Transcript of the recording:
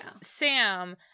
Sam